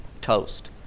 toast